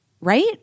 Right